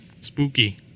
Spooky